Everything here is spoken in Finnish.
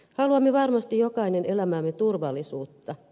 haluamme varmasti jokainen elämäämme turvallisuutta